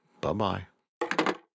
Bye-bye